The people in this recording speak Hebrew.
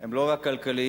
הם לא רק כלכליים,